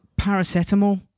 paracetamol